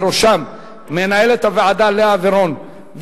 בראשם מנהלת הוועדה לאה ורון,